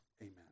amen